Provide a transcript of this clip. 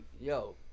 yo